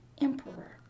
Emperor